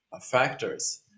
factors